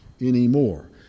anymore